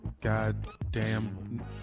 goddamn